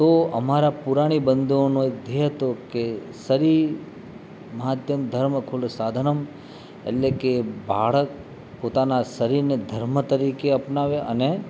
તો અમારા પુરાણી બંધુઓનો એક ધ્યેય હતો કે શરીર માધ્યમ ધર્મ કૂલો સાધનમ એટલે કે બાળક પોતાના શરીરને ધર્મ તરીકે અપનાવે અને